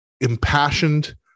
impassioned